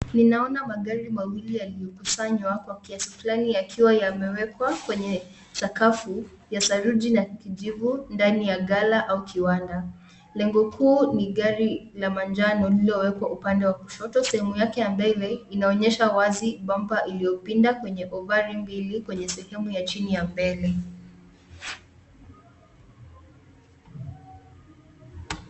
Ninaona magari mawili yaliyokusanywa kwa kiasi fulani yakiwa yamewekwa kwenye sakafu ya saruji ya kijivu ndani ya ghala au kiwanda. Lengo kuu ni gari la manjano lililowekwa upande wa kushoto, sehemu yake ya mbele inaonyesha wazi bampa iliyopinda kwenye ovari mbili kwenye sehemu ya chini ya mbele.